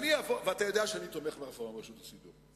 ואתה יודע שאני תומך ברפורמה ברשות השידור,